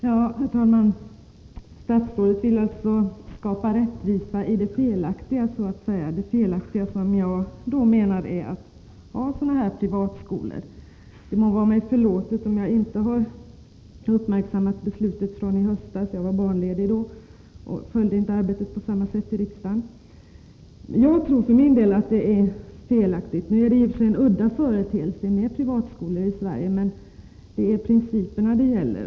Herr talman! Statsrådet vill alltså så att säga skapa rättvisa i det felaktiga som jag anser att det är att ha sådana här privatskolor. Det må vara mig förlåtet om jag inte har uppmärksammat beslutet från i höstas — jag var barnledig då och följde inte arbetet i riksdagen på samma sätt. Jag tror för min del att det är felaktigt. Det är i och för sig en udda företeelse med privatskolor i Sverige, men det är principerna det gäller.